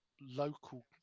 local